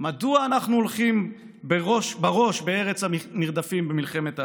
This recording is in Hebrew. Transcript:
מדוע אנחנו הולכים בראש בארץ המרדפים במלחמת ההתשה.